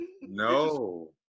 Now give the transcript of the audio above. No